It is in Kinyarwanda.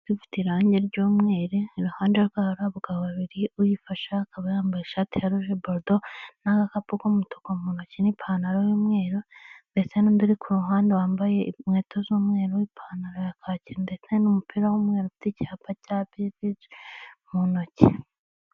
Ufite irangi ry'umweru iruhande rwayo hari abagabo babiri uyifasha kuba mu ishati ruje borudo, n'agakapu k'umutuku mu ntoki n'ipantaro y'umweru, ndetse n'undi uri ku ruhande wambaye inkweto z'umweru n'ipantaro ya kaki ndetse n'umupira w'umweru ufite icyapa cya bisi mu intoki.